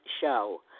show